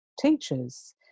teachers